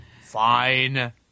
Fine